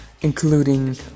including